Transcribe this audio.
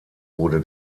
wurde